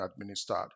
administered